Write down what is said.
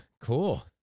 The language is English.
cool